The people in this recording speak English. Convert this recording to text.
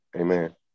amen